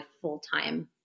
full-time